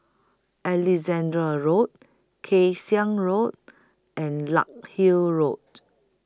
Alexandra Road Kay Siang Road and Larkhill Road